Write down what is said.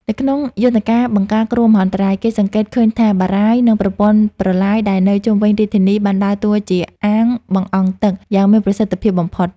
នៅក្នុងយន្តការបង្ការគ្រោះមហន្តរាយ គេសង្កេតឃើញថាបារាយណ៍ និងប្រព័ន្ធប្រឡាយដែលនៅជុំវិញរាជធានី បានដើរតួជា អាងបង្អង់ទឹក យ៉ាងមានប្រសិទ្ធភាពបំផុត។